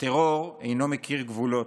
הטרור אינו מכיר גבולות,